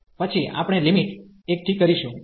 પછી આપણે લિમિટ એકઠી કરીશું